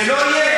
זה לא יהיה.